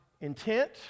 intent